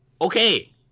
Okay